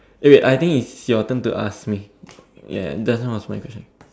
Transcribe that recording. eh wait I think it's your turn to ask me ya just now was mine